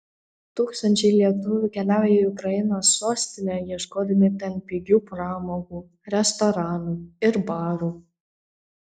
tūkstančiai lietuvių keliaują į ukrainos sostinę ieškodami ten pigių pramogų restoranų ir barų